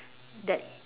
that